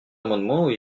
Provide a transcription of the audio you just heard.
amendements